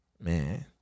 Man